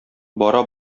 бара